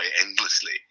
endlessly